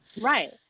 Right